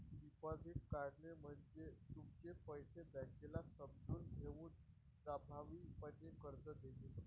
deposit काढणे म्हणजे तुमचे पैसे बँकेला समजून घेऊन प्रभावीपणे कर्ज देणे